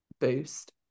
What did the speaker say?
boost